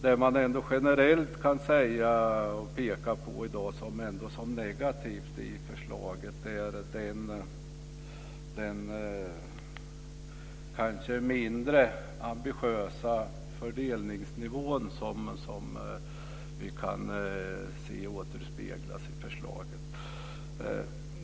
Det som jag generellt kan peka på som negativt i förslaget är den mindre ambitiösa fördelningsnivå som vi kan se återspeglas i förslaget.